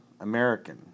American